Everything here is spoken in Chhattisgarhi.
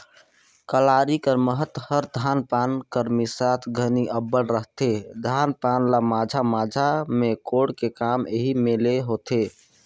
कलारी कर महत हर धान पान कर मिसात घनी अब्बड़ रहथे, धान पान ल माझा माझा मे कोड़े का काम एही मे ले होथे